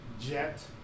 Jet